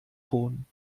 hohn